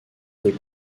des